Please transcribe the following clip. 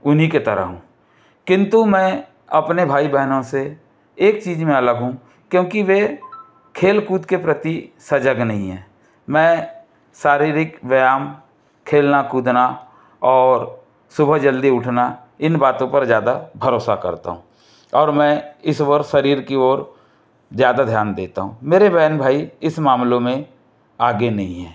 उन्हीं की तरह हूँ किंतु मैं अपने भाई बहनों से एक चीज में अलग हूँ क्योंकि वे खेल कूद के प्रति सजग नहीं हैं मैं शारीरिक व्यायाम खेलना कूदना और सुबह जल्दी उठना इन बातों पर ज़्यादा भरोसा करता हूँ और मैं ईश्वर शरीर की ओर ज्यादा ध्यान देता हूँ मेरे बहन भाई इस मामलों में आगे नहीं हैं